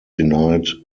denied